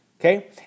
okay